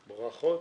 ברכות.